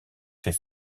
fait